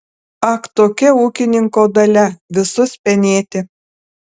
ak tokia ūkininko dalia visus penėti